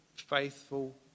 faithful